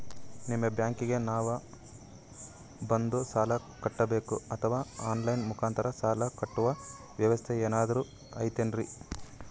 ನಿಮ್ಮ ಬ್ಯಾಂಕಿಗೆ ನಾವ ಬಂದು ಸಾಲ ಕಟ್ಟಬೇಕಾ ಅಥವಾ ಆನ್ ಲೈನ್ ಮುಖಾಂತರ ಸಾಲ ಕಟ್ಟುವ ವ್ಯೆವಸ್ಥೆ ಏನಾರ ಐತೇನ್ರಿ?